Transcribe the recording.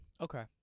Okay